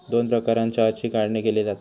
दोन प्रकारानं चहाची काढणी केली जाता